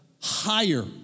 higher